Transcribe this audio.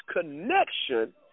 connection